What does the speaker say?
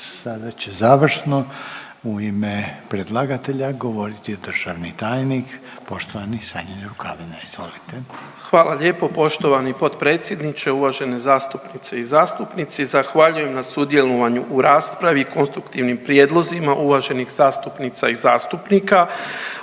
Sada će završno u ime predlagatelja govoriti državni tajnik poštovani Sanjin Rukavina, izvolite. **Rukavina, Sanjin** Hvala lijepo poštovani potpredsjedniče, uvažene zastupnice i zastupnici. Zahvaljujem na sudjelovanju u raspravi, konstruktivnim prijedlozima uvaženih zastupnica i zastupnika.